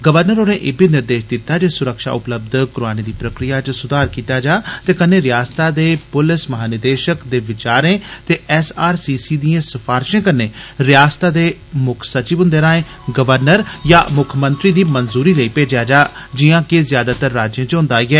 governor होरें इब्बी निर्देश दित्ता जे सुरक्षा उपलब्ध करोआने दी प्रक्रिया च सुधार कीता जा ते कन्नै रिआसतै दे पुलस महानिदेशक दे विचारें ते एसआरसीसी दिए सिफारशें कन्नै रिआसतै दे मुक्ख सचिव हुंदे राए गवर्नर जां मुक्खमंत्री दी मजूरी लेई भेजेया जा जियां कि ज्यादातर राज्ये च होंदा ऐ